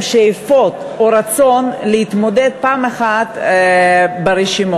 שאיפות או רצון להתמודד פעם אחת ברשימות.